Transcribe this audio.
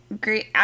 Great